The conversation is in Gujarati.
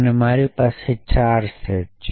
અને મારી પાસે 4 સેટ છે